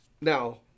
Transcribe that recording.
Now